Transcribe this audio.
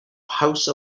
house